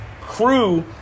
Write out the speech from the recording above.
crew